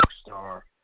Star